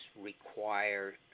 require